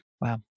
Wow